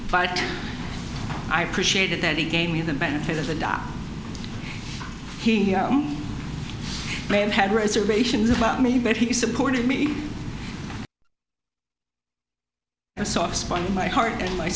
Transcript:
but i appreciated that he gave me the benefit of the da he may have had reservations about me but he supported me a soft spot in my heart and my